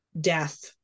death